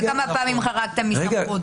וכמה פעמים חרגתם מסמכות?